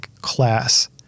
class